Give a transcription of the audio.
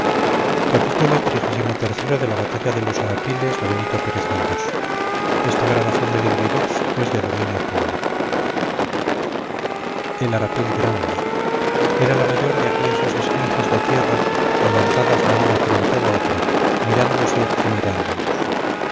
el arapil grande era la mayor de aquellas dos esfinges de tierra levantadas la una frente a la otra mirándose y mirándonos